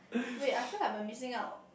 wait I feel like were missing out